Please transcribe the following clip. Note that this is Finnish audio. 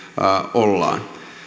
ollaan